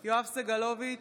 יואב סגלוביץ'